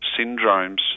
syndromes